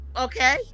Okay